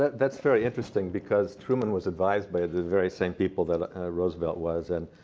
that's very interesting, because truman was advised by the very same people that roosevelt was. and